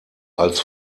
als